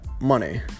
money